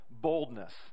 boldness